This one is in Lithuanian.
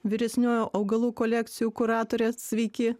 vyresnioji augalų kolekcijų kuratorė sveiki